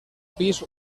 pis